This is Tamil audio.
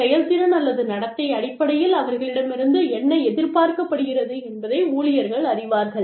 செயல்திறன் அல்லது நடத்தை அடிப்படையில் அவர்களிடமிருந்து என்ன எதிர்பார்க்கப்படுகிறது என்பதை ஊழியர்கள் அறிவார்கள்